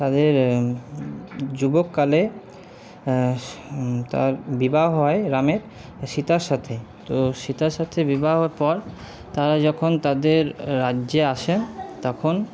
তাদের যুবককালে তার বিবাহ হয় রামের সীতার সাথে তো সীতার সাথে বিবাহর পর তাঁরা যখন তাদের রাজ্যে আসেন তখন